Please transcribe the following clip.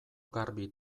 garbi